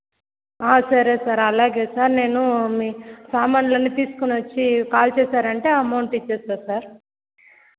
సరే సార్ అలాగే సర్ నేను మీ సామాన్లన్నీ తీసుకుని వచ్చి మీరు కాల్ చేశారంటే అమౌంట్ ఇచ్చేస్తా సార్